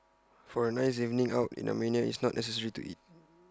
for A nice evening out in Armenia IT is not necessary to eat